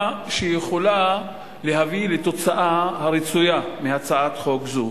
שיכולה להביא לתוצאה הרצויה מהצעת חוק זאת.